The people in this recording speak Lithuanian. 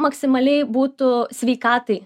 maksimaliai būtų sveikatai